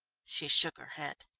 she shook her head.